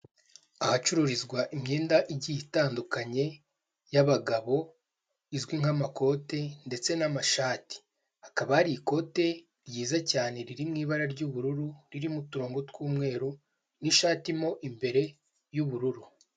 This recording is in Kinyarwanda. Ahacururizwa imyenda igiye itandukanye y'abagabo, izwi nk'amakote ndetse n'amashati. Hakaba hari ikote ryiza cyane riri mu ibara ry'ubururu, ririmo uturongo tw'umweru, n'ishati mo imbere y'ubururu.